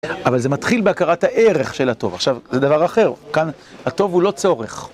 אבל זה מתחיל בהכרת הערך של הטוב, עכשיו זה דבר אחר, כאן הטוב הוא לא צורך.